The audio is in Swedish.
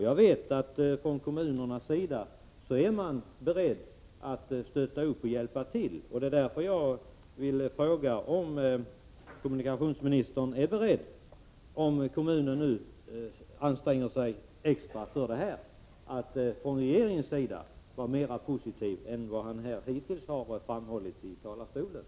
Jag vet att man från kommunernas sida är inställd på att göra extra ansträngningar, och jag vill därför fråga kommunikationsministern om han är beredd att medverka till att man från regeringens sida blir mera positiv än som framgått av vad kommunikationsministern hittills har anfört i dagens debatt.